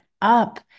up